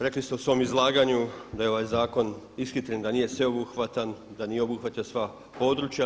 Rekli ste u svom izlaganju da je ovaj zakon ishitren, da nije sveobuhvatan, da nije obuhvatio sva područja.